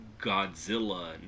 godzilla